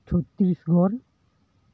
Chhattisgarh